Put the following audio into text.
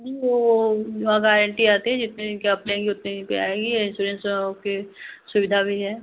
नहीं वह गारन्टी आती है जिसमें कि होते यहीं पर आइए इन्स्योरेन्स होकर सुविधा भी है